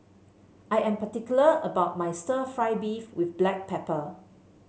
I am particular about my stir fry beef with Black Pepper